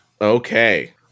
Okay